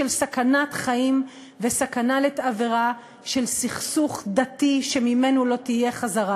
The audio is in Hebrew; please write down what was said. של סכנת חיים וסכנה לתבערה של סכסוך דתי שממנו לא תהיה חזרה,